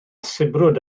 sibrwd